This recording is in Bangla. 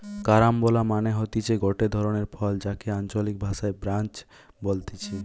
কারাম্বলা মানে হতিছে গটে ধরণের ফল যাকে আঞ্চলিক ভাষায় ক্রাঞ্চ বলতিছে